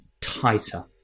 tighter